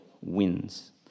wins